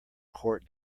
court